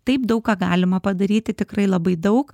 taip daug ką galima padaryti tikrai labai daug